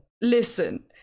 listen